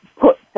put